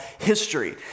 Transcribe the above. history